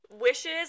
wishes